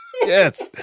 Yes